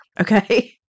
Okay